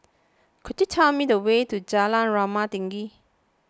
could you tell me the way to Jalan Rumah Tinggi